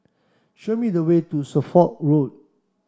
show me the way to Suffolk Road